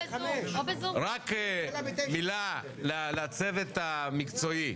רק מילה לצוות המקצועי,